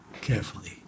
carefully